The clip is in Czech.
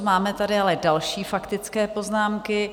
Máme tady ale další faktické poznámky.